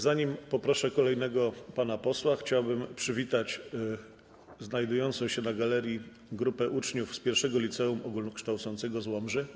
Zanim poproszę kolejnego pana posła, chciałbym przywitać znajdującą się na galerii grupę uczniów z I Liceum Ogólnokształcącego z Łomży.